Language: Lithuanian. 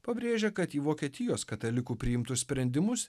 pabrėžia kad į vokietijos katalikų priimtus sprendimus